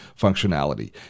functionality